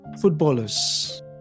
footballers